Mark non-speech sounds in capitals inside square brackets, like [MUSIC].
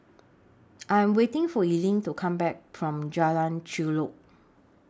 [NOISE] I'm waiting For Eileen to Come Back from Jalan Chulek